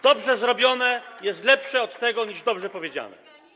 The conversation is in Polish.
Dobrze zrobione jest lepsze od tego, co dobrze powiedziane.